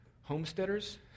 homesteaders